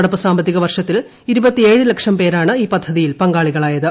നടപ്പു സാമ്പത്തിക വർഷത്തിൽ ഇരുപത്തി ഏഴ് ലക്ഷം പ്യേരാണ് ഈ പദ്ധതിയിൽ പങ്കാളികളായത്